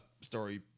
story